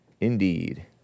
indeed